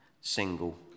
single